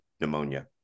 pneumonia